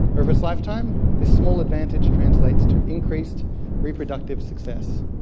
over its lifetime, this small advantage translates to increased reproductive success.